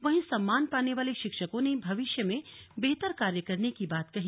वंही सम्मान पाने वाले शिक्षकों ने भविष्य में बेहतर कार्य करने की बात कही